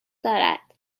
دارد